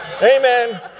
Amen